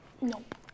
Nope